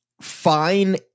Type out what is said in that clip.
fine